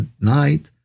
night